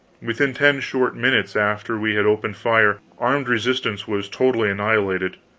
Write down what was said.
within ten short minutes after we had opened fire, armed resistance was totally annihilated,